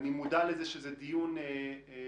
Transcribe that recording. אני מודע לזה שזה דיון מקיף,